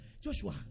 Joshua